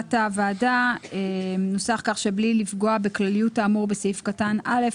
לבקשת הוועדה נאמר ש"בלי לפגוע בכלליות האמור בסעיף קטן (א),